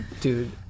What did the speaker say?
Dude